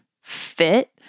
fit